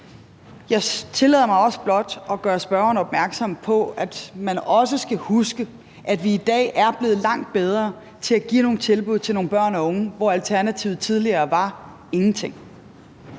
Jeg tillader mig også blot at gøre spørgeren opmærksom på, at man også skal huske, at vi i dag er blevet langt bedre til at give nogle tilbud til nogle børn og unge, hvor alternativet tidligere var ingenting.